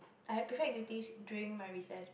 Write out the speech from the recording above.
I have prefect duties during my recess